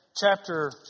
chapter